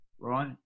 right